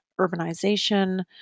urbanization